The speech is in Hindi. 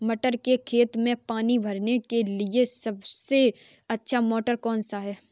मटर के खेत में पानी भरने के लिए सबसे अच्छा मोटर कौन सा है?